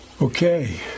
Okay